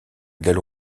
gallo